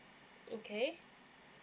okay